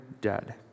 dead